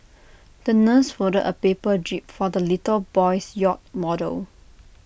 the nurse folded A paper jib for the little boy's yacht model